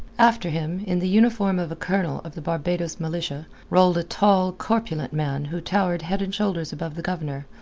after him, in the uniform of a colonel of the barbados militia, rolled a tall, corpulent man who towered head and shoulders above the governor,